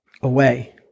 away